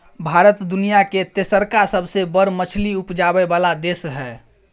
भारत दुनिया के तेसरका सबसे बड़ मछली उपजाबै वाला देश हय